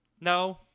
No